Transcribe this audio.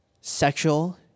sexual